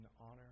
honor